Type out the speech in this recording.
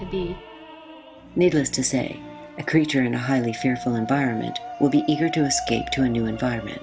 to be needless to say a creature in a highly fearful environment will be eager to escape to a new environment